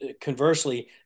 conversely